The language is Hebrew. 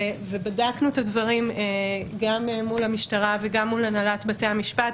בדקנו את הדברים גם מול המשטרה וגם מול הנהלת בתי המשפט,